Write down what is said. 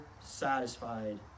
satisfied